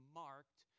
marked